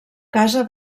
casa